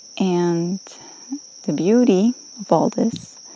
and the beauty of all this